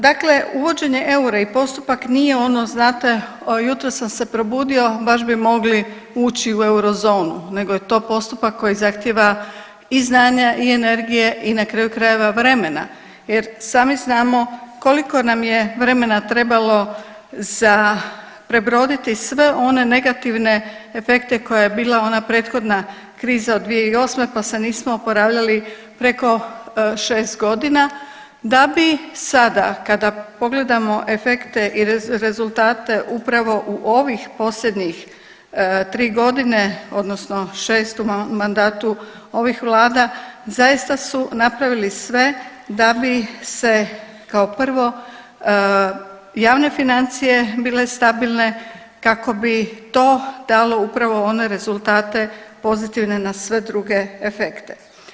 Dakle, uvođenje eura i postupak nije ono znate jutros sam se probudio baš bi mogli ući u eurozonu, nego je to postupak koji zahtijeva i znanja i energije i na kraju krajeva vremena jer sami znamo koliko nam je vremena trebalo za prebroditi sve one negativne efekte koje je bila ona prethodna kriza od 2008. pa se nismo oporavljali preko šest godina, da bi sada kada pogledamo efekte i rezultate upravo u ovih posljednjih tri godine odnosno u šestom mandatu ovih vlada, zaista su napravili sve da bi se kao prvo javne financije bile stabilne, kako bi to dalo upravo one rezultate pozitivne na sve druge efekte.